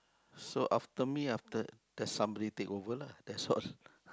so after me after that somebody take over lah that's why